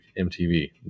MTV